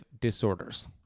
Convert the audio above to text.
disorders